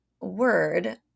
word